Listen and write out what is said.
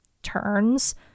turns